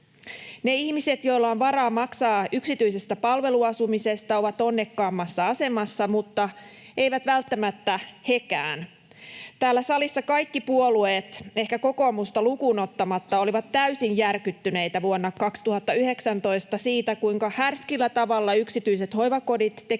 Ne ihmiset, joilla on varaa maksaa yksityisestä palveluasumisesta, ovat onnekkaammassa asemassa, mutta eivät välttämättä hekään. Täällä salissa kaikki puolueet — ehkä kokoomusta lukuun ottamatta — olivat täysin järkyttyneitä vuonna 2019 siitä, kuinka härskillä tavalla yksityiset hoivakodit tekivät